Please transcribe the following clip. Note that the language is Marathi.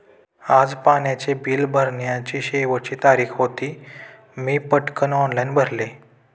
आज पाण्याचे बिल भरण्याची शेवटची तारीख होती, मी पटकन ऑनलाइन भरले